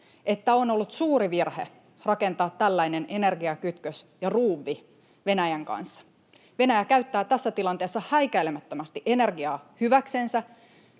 että on ollut suuri virhe rakentaa tällainen energiakytkös ja ruuvi Venäjän kanssa. Venäjä käyttää tässä tilanteessa häikäilemättömästi energiaa hyväksensä